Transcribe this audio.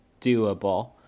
doable